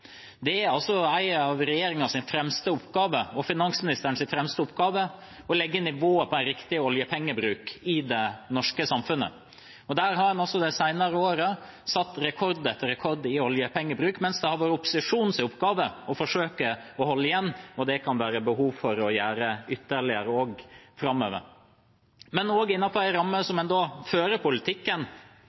riktig oljepengebruk i det norske samfunnet. En har de senere årene satt rekord etter rekord i oljepengebruk, mens det har vært opposisjonens oppgave å forsøke å holde igjen – og det kan det være behov for å gjøre ytterligere, også framover. Men også innenfor rammen som en fører politikken